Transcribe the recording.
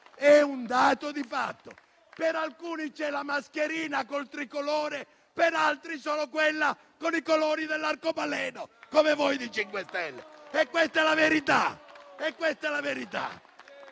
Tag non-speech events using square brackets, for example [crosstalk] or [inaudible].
è un dato di fatto. Per alcuni c'è la mascherina col tricolore e per altri solo quella con i colori dell'arcobaleno, [applause] come voi dei 5 Stelle: questa è la verità.